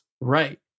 right